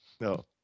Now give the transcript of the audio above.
No